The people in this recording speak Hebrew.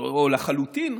או לחלוטין,